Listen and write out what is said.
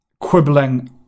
quibbling